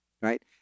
right